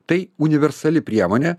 tai universali priemonė